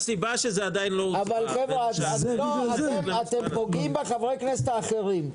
הסיבה שזה עדיין לא --- אתם פוגעים בחברי הכנסת האחרים.